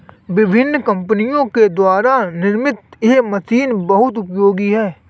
विभिन्न कम्पनियों के द्वारा निर्मित यह मशीन बहुत उपयोगी है